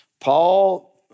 paul